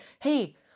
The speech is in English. Hey